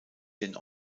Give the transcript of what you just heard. den